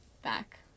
back